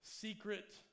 secret